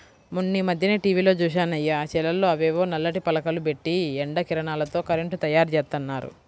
మొన్నీమధ్యనే టీవీలో జూశానయ్య, చేలల్లో అవేవో నల్లటి పలకలు బెట్టి ఎండ కిరణాలతో కరెంటు తయ్యారుజేత్తన్నారు